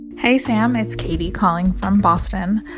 hey, sam. it's katie calling from boston.